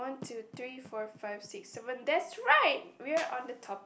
one two three four five six seven that's right we're on the topic